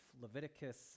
Leviticus